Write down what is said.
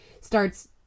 starts